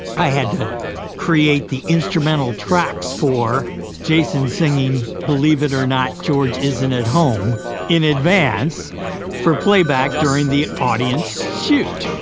i had to create the instrumental tracks for jason singing believe it or not, george isn't at home in advance for playback during the audience shoot